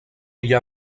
allà